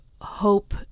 hope